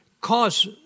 cause